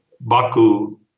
Baku